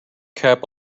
cap